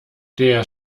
der